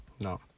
No